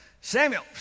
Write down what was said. Samuel